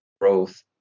growth